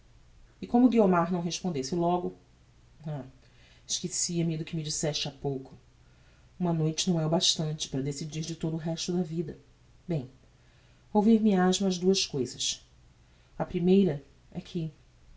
e como guiomar não respondesse logo ah esquecia-me do que me disseste ha pouco uma noite não é bastante para decidir de todo o resto da vida bem ouvir me has mais duas cousas a primeira é que